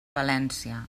valència